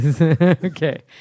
okay